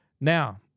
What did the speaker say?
Now